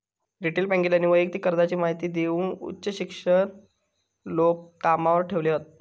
retail बॅन्केतल्यानी वैयक्तिक कर्जाची महिती देऊक उच्च शिक्षित लोक कामावर ठेवले हत